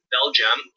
Belgium